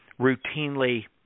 routinely